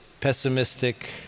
pessimistic